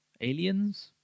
Aliens